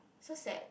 so sad